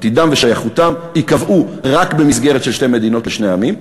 עתידם ושייכותם ייקבעו רק במסגרת של שתי מדינות לשני עמים,